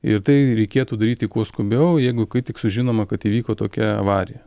ir tai reikėtų daryti kuo skubiau jeigu kai tik sužinoma kad įvyko tokia avarija